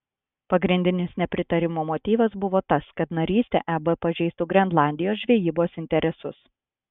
pagrindinis nepritarimo motyvas buvo tas kad narystė eb pažeistų grenlandijos žvejybos interesus